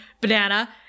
banana